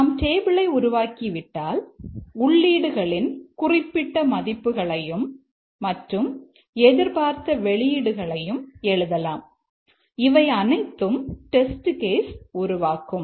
நாம் டேபிளை உருவாக்கிவிட்டால் உள்ளீடுகளின் குறிப்பிட்ட மதிப்புகளையும் மற்றும் எதிர்பார்த்த வெளியீடுகளையும் எழுதலாம் இவை அனைத்தும் டெஸ்ட் கேஸ் உருவாக்கும்